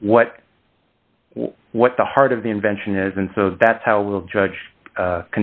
what what the heart of the invention is and so that's how we'll judge